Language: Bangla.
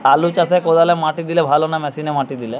আলু চাষে কদালে মাটি দিলে ভালো না মেশিনে মাটি দিলে?